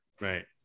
Right